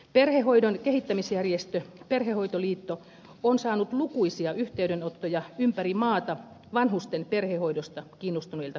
perhehoidon kehittämisjärjestö perhehoitoliitto on saanut lukuisia yhteydenottoja ympäri maata vanhusten perhehoidosta kiinnostuneilta kunnilta